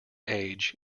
age